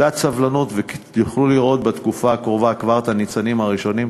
קצת סבלנות ותוכלו לראות כבר בתקופה הקרובה את הניצנים הראשונים.